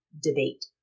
Debate